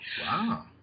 Wow